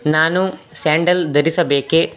ನಾನು ಸ್ಯಾಂಡಲ್ ಧರಿಸಬೇಕೆ